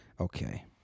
Okay